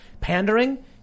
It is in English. pandering